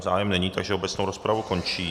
Zájem není, takže obecnou rozpravu končím.